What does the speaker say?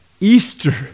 Easter